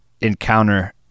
encounter